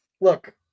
look